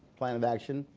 plan of action?